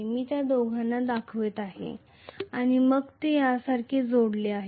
तर मी त्या दोघांना दाखवित आहे आणि मग ते यासारखे जोडलेले आहेत हे असे आहे